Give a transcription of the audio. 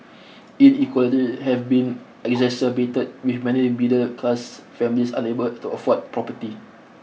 inequalities have been exacerbated with many middle class families unable to afford property